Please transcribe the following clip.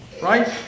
Right